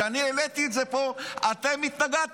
כשאני העליתי את זה פה, אתם התנגדתם.